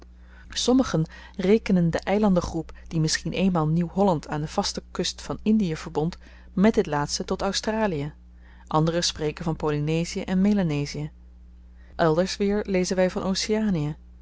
sommigen rekenen de eilandengroep die misschien eenmaal nieuw-holland aan de vaste kust van indie verbond mèt dit laatste tot australie anderen spreken van polynesie en melanesie elders weer lezen wy van oceanie